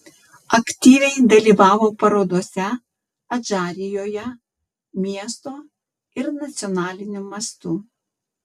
aktyviai dalyvavo parodose adžarijoje miesto ir nacionaliniu mastu